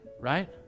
right